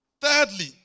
Thirdly